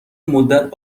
مدت